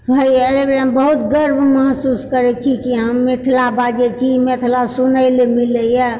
होइयै हम बहुत गर्व महसूस करैत छी कि हम मिथिला बाजैत छी मिथिला सुनयले मिलयए